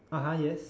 (uh huh) yes